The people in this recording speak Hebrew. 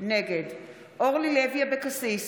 נגד אורלי לוי אבקסיס,